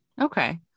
Okay